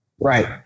Right